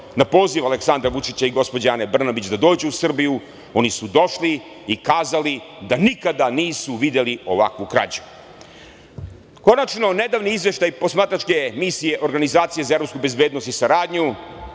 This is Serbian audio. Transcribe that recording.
na poziv Aleksandra Vučića i gospođe Ane Brnabić da dođu u Srbiju, oni su došli i kazali da nikada nisu videli ovakvu krađu. Konačno, nedavni izveštaj posmatračke misije Organizacije za evropsku bezbednost i saradnju